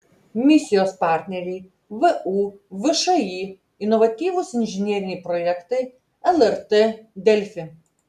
misijos partneriai vu všį inovatyvūs inžineriniai projektai lrt delfi